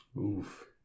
Oof